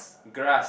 grass